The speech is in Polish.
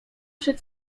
przed